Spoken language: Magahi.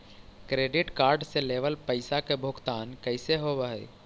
क्रेडिट कार्ड से लेवल पैसा के भुगतान कैसे होव हइ?